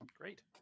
Great